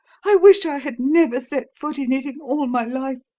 i wish i had never set foot in it in all my life!